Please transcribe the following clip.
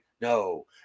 no